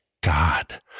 God